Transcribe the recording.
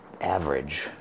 average